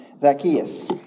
Zacchaeus